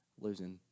losing